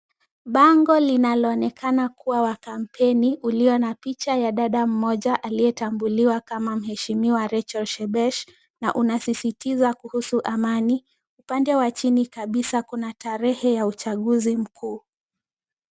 Bango linaloonekana kuwa wa kampeni ulio na picha ya dada mmoja aliyetambuliwa kama mheshimiwa Rachel Shebesh na unasisitiza kuhusu amani, upande wa chini kabisa kuna tarehe ya uchaguzi mkuu.